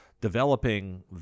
developing